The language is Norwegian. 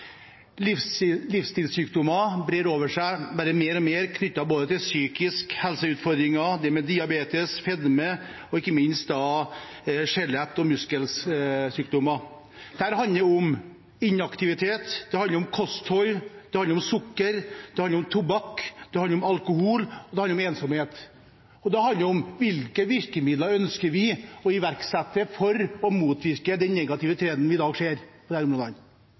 liv. Livsstilssykdommer brer seg bare mer og mer, knyttet til både psykiske helseutfordringer, diabetes, fedme og ikke minst skjelett- og muskelsykdommer. Dette handler om inaktivitet, om kosthold, om sukker, om tobakk, om ensomhet, og det handler om hvilke virkemidler vi ønsker å iverksette for å motvirke den negative trenden vi i dag ser